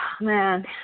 man